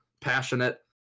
passionate